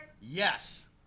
Yes